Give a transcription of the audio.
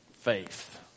Faith